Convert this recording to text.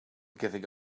giving